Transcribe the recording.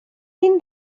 mean